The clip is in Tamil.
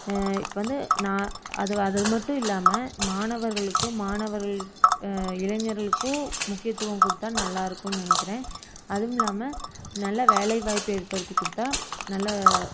இப்போ வந்து நான் அது அது மட்டும் இல்லாமல் மாணவர்களுக்கும் மாணவர் இளைஞர்களுக்கும் முக்கியத்துவம் கொடுத்தா நல்லாயிருக்குனு நினைக்கிறேன் அதுவும் இல்லாமல் நல்ல வேலை வாய்ப்பு ஏற்படுத்தி கொடுத்தா நல்ல